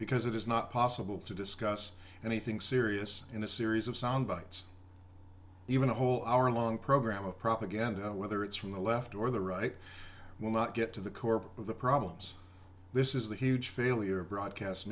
because it is not possible to discuss anything serious in a series of soundbites even the whole hour long program of propaganda whether it's from the left or the right will not get to the core of the problems this is the huge failure of broadcast